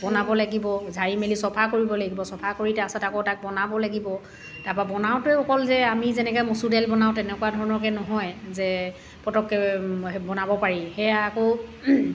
বনাব লাগিব ঝাৰি মেলি চফা কৰিব লাগিব চফা কৰি তাৰপিছত আকৌ তাক বনাব লাগিব তাৰপৰা বনাওঁতেও অকল যে আমি যেনেকৈ মচুৰ দাইল বনাও তেনেকুৱা ধৰণৰকৈ নহয় যে পতককৈ বনাব পাৰি সেয়া আকৌ